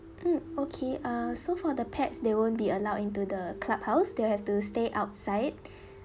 mm okay uh so for the pets they won't be allowed into the clubhouse they'll have to stay outside